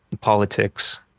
politics